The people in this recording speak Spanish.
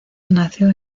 nació